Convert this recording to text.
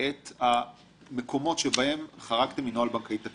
את המקומות שבהם חרגתם מנוהל בנקאי תקין.